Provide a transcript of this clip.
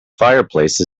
fireplace